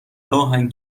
راهن